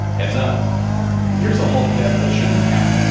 heads up here's a hulk death that shouldn't count.